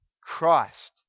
Christ